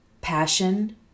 passion